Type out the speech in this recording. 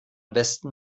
besten